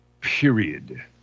period